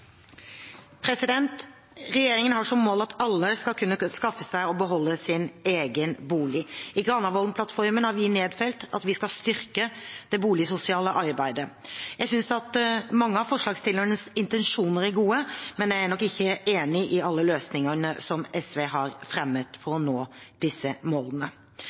beholde sin egen bolig. I Granavolden-plattformen har vi nedfelt at vi skal styrke det boligsosiale arbeidet. Jeg synes mange av forslagsstillernes intensjoner er gode, men jeg er nok ikke enig i alle løsningene som SV har fremmet for å nå disse målene.